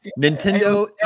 Nintendo